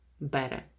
better